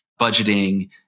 budgeting